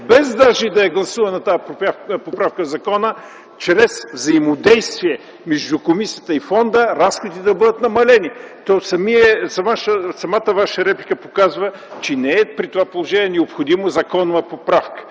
без даже да е гласувана тази поправка в закона, чрез взаимодействие между комисията и фонда разходите да бъдат намалени. Самата Ваша реплика показва, че при това положение не е необходима законова поправка.